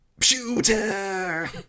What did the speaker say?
Shooter